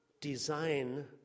design